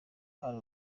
ari